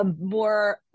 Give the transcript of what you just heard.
more